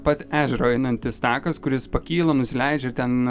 pat ežero einantis takas kuris pakyla nusileidžia ir ten